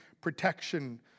protection